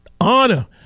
honor